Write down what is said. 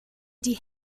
die